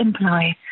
imply